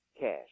cash